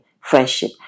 friendship